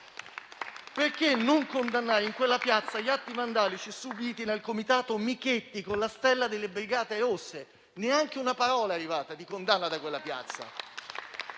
Perché non condannare in quella piazza gli atti vandalici subiti dal comitato Michetti con la stella delle Brigate Rosse? Neanche una parola di condanna è arrivata da quella piazza.